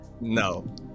No